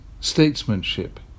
statesmanship